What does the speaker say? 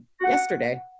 yesterday